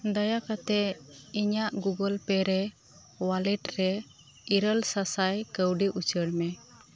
ᱫᱟᱭᱟ ᱠᱟᱛᱮᱫ ᱤᱧᱟᱹᱜ ᱜᱩᱜᱳᱞ ᱯᱮ ᱨᱮ ᱚᱣᱟᱞᱮᱴ ᱨᱮ ᱤᱨᱟᱹᱞ ᱥᱟᱥᱟᱭ ᱠᱟᱹᱣᱰᱤ ᱩᱪᱟᱹᱲ ᱢᱮ